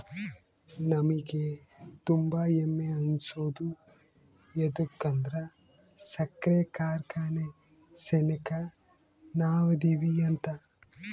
ನಮಿಗೆ ತುಂಬಾ ಹೆಮ್ಮೆ ಅನ್ಸೋದು ಯದುಕಂದ್ರ ಸಕ್ರೆ ಕಾರ್ಖಾನೆ ಸೆನೆಕ ನಾವದಿವಿ ಅಂತ